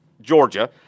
Georgia